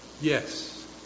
Yes